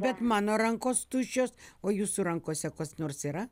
bet mano rankos tuščios o jūsų rankose kas nors yra